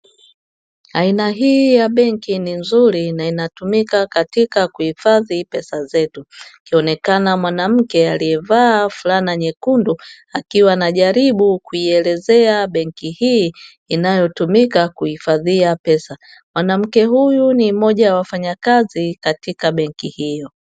Aina hii ya benki ni nzuri na inatumika katika kuhifadhi pesa zetu, akionekana mwanamke aliyevaa fulana nyekundu akiwa anajaribu kuielezea benki hii inayotumika kuhifadhia pesa; mwanamke huyu ni mmoja wa wafanyakazi katika benki hiyo.